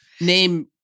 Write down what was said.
name